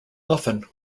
often